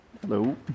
Hello